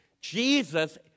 Jesus